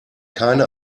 keine